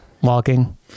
Walking